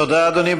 תודה, אדוני.